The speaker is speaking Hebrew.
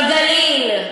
בגליל.